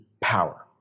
power